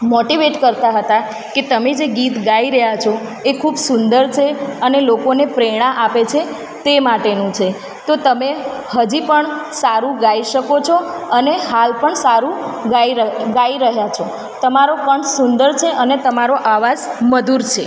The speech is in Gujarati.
મોટિવેટ કરતા હતા કે તમે જે ગીત ગાઈ રહ્યા છો એ ખૂબ સુંદર છે અને લોકોને પ્રેરણા આપે છે તે માટેનું છે તો તમે હજી પણ સારું ગાઇ શકો છો અને હાલ પણ સારું ગાઈ રહ ગાઇ રહ્યા છો તમારો કંઠ સુંદર છે અને તમારો અવાજ મધુર છે